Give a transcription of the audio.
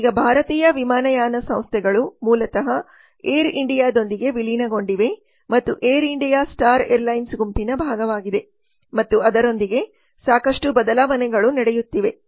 ಈಗ ಭಾರತೀಯ ವಿಮಾನಯಾನ ಸಂಸ್ಥೆಗಳು ಮೂಲತಃ ಏರ್ ಇಂಡಿಯಾದೊಂದಿಗೆ ವಿಲೀನಗೊಂಡಿವೆ ಮತ್ತು ಏರ್ ಇಂಡಿಯಾ ಸ್ಟಾರ್ ಏರ್ಲೈನ್ಸ್ ಗುಂಪಿನ ಭಾಗವಾಗಿದೆ ಮತ್ತು ಅದರೊಂದಿಗೆ ಸಾಕಷ್ಟು ಬದಲಾವಣೆಗಳು ನಡೆಯುತ್ತಿವೆ